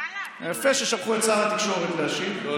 ואללה, אפילו לא, השר התורן.